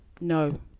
No